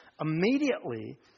immediately